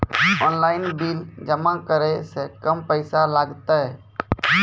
Online bill जमा करै से कम पैसा लागतै?